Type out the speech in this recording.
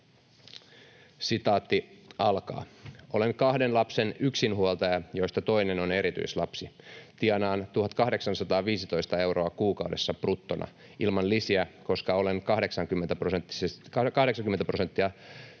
omillaan.” ”Olen kahden lapsen yksinhuoltaja. Toinen on erityislapsi. Tienaan 1 815 euroa kuukaudessa bruttona ilman lisiä, koska olen 80-prosenttista